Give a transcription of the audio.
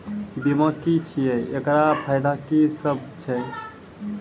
बीमा की छियै? एकरऽ फायदा की सब छै?